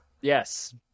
yes